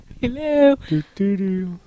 Hello